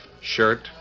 shirt